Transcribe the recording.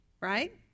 Right